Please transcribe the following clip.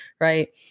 Right